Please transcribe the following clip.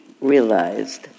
realized